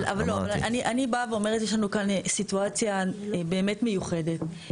אבל אני באה ואומרת יש לנו כאן סיטואציה באמת מיוחדת,